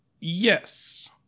Yes